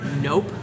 Nope